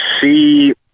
see